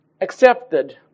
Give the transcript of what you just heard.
accepted